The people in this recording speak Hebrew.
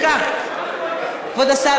כבוד השר,